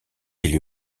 élu